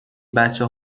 بچه